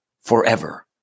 forever